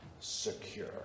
secure